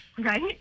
Right